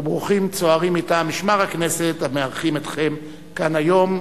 וברוכים צוערים מטעם משמר הכנסת המארחים אתכם כאן היום,